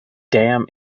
damn